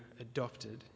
adopted